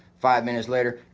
five minutes later,